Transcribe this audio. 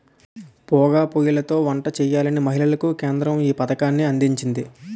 పోగా పోయ్యిలతో వంట చేయలేని మహిళలకు కేంద్రం ఈ పథకాన్ని అందించింది